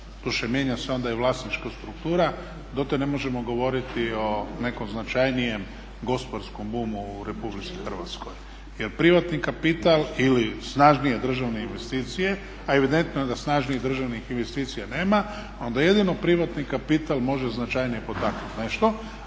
doduše mijenja se onda i vlasnička struktura, dotad ne možemo govoriti o nekom značajnijem gospodarskom bumu u RH. Jer privatni kapital ili snažnije državne investicije, a evidentno je da snažnijih državnih investicija nema onda jedino privatni kapital može značajnije potaknuti nešto,